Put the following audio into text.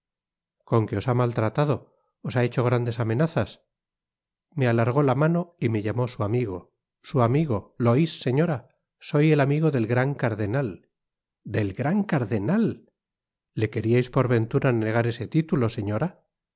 amores conque os ha maltratado os ha hecho grandes amenazas me alargó la mano y me llamó su amigo su amigo lo ois señora soy el amigo del gran cardenal del gran cardenal le queriais por ventura negar ese titulo señora